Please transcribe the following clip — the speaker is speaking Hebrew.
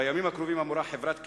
בימים הקרובים אמורה הקרן הקיימת,